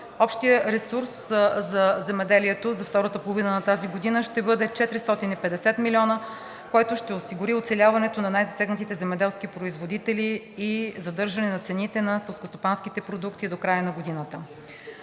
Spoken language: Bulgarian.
общият ресурс за земеделието за втората половина на тази година ще бъде 450 млн. лв., който ще осигури оцеляването на най-засегнатите земеделски производители и задържане на цените на селскостопанските продукти до края на годината.